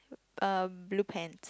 uh blue pants